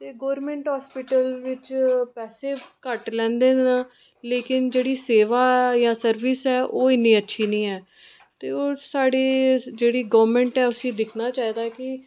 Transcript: ते government hospital बिच्च पैसे घट्ट लैंदे न लेकिन जेह्ड़ी सेवा ऐ जां सर्विस ऐ ओह् इन्नी अच्छी नीं ऐ ते होर साढ़ी जेह्ड़ी गोरमैंट ऐ उसी दिक्खना चाहिदा कि